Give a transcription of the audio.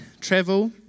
travel